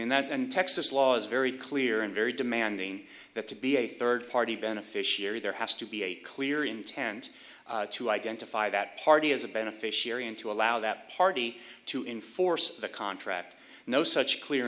lean that and texas law is very clear and very demanding that to be a third party beneficiary there has to be a clear intent to identify that party as a beneficiary and to allow that party to enforce the contract no such clear